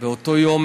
באותו יום